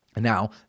Now